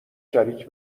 شریک